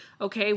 Okay